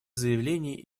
заявлений